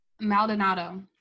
Maldonado